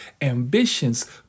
ambitions